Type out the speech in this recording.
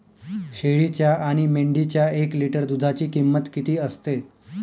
शेळीच्या आणि मेंढीच्या एक लिटर दूधाची किंमत किती असते?